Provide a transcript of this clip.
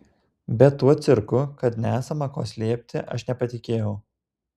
bet tuo cirku kad nesama ko slėpti aš nepatikėjau